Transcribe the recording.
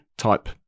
type